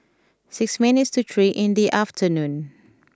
six minutes to three in the afternoon